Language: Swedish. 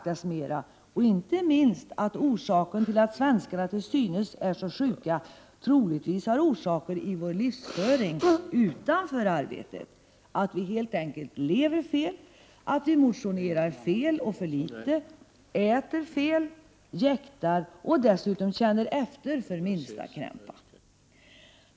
Inte minst måste man beakta att orsaken till att svenskarna till synes är så sjuka troligtvis är att finna i vår livsföring utanför arbetet — att vi helt enkelt lever fel, motionerar fel och för litet, äter fel, jäktar och känner efter vid minsta krämpa.